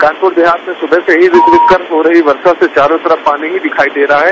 कानपूर देहात में सुबह से ही रुक रुक कर हो रही वर्षा से चारों तरफ पानी दिखाई दे रहा है